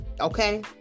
Okay